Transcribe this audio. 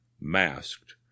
masked